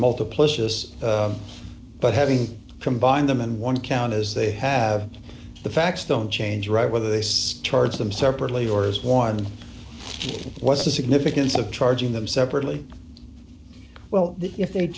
multiplicity but having combined them in one count as they have the facts don't change right whether they start them separately or as one what's the significance of charging them separately well if they